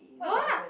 what if I open